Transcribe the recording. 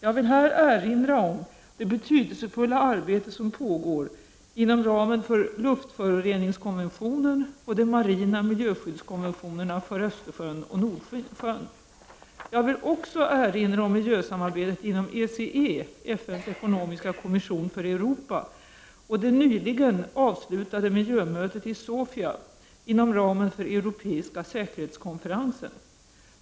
Jag vill här erinra om det betydelsefulla arbete som pågår inom ramen för luftföroreningskonventionen och de marina miljöskyddskonventionerna för Östersjön och Nordsjön. Jag vill också erinra om miljösamarbetet inom ECE, FN:s ekonomiska kommission för Europa, och det nyligen avslutade miljömötet i Sofia inom ramen för Europeiska säkerhetskonferensen.